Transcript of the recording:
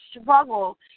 struggle